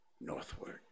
Northward